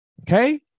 Okay